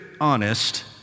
honest